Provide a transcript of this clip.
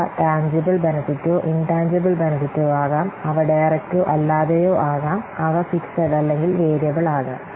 അവ ടാൻജിബിൽ ബെനെഫിട്ടോ ഇൻടാൻജിബിൽ ബെനെഫിട്ടോ ആകാം അവ ഡയറക്റ്റോ അല്ലാതെയോ ആകാം അവ ഫിക്സെഡ് അല്ലെങ്കിൽ വേരിയബിൾ ആകാം